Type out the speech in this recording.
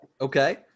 Okay